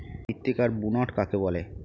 মৃত্তিকার বুনট কাকে বলে?